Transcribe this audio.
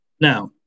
Now